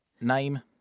name